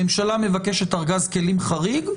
הממשלה מבקשת ארגז כלים חריג,